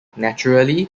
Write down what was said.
naturally